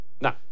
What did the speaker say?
Now